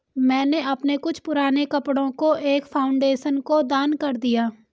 मैंने अपने कुछ पुराने कपड़ो को एक फाउंडेशन को दान कर दिया